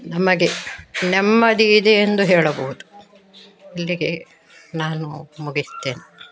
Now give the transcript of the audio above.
ನಮಗೆ ನೆಮ್ಮದಿ ಇದೆ ಎಂದು ಹೇಳಬಹುದು ಇಲ್ಲಿಗೆ ನಾನು ಮುಗಿಸ್ತೇನೆ